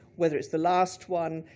whether it's the last one,